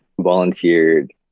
volunteered